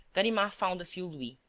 ganimard found a few louis.